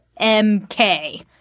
MK